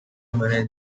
managed